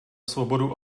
svobodu